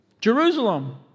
Jerusalem